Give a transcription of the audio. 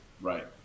Right